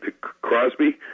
Crosby